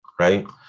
right